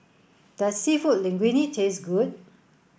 does Seafood Linguine taste good